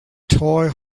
toy